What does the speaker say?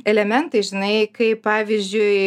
elementai žinai kaip pavyzdžiui